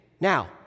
Now